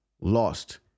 lost